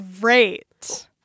great